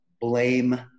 blame